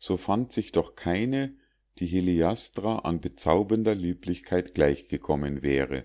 so fand sich doch keine die heliastra an bezaubernder lieblichkeit gleich gekommen wäre